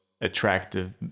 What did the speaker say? attractive